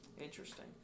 Interesting